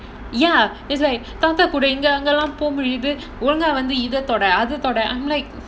ya is like தாத்தா கூட இங்க அங்கலாம் போக முடியுது ஒழுங்கா வந்து இதை தொட அத தொட:thatha kooda inga angalaam poga mudiyuthu olungaa vandhu idha thoda adha thoda I'm like